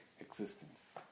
existence